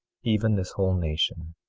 even this whole nation.